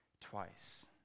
twice